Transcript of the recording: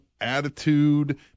attitude